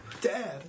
Dad